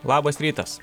labas rytas